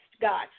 God